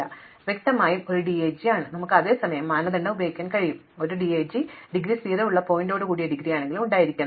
അതിനാൽ വ്യക്തമായും ഇത് ഒരു DAG ആണ് അതിനാൽ നമുക്ക് അതേ മാനദണ്ഡം പ്രയോഗിക്കാൻ കഴിയും ഈ പുതിയ DAG ന് ഡിഗ്രി 0 ഉള്ള ശീർഷകത്തോടുകൂടിയ ഒരു ഡിഗ്രിയെങ്കിലും ഉണ്ടായിരിക്കണം